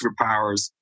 superpowers